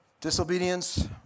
Disobedience